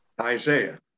Isaiah